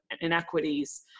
inequities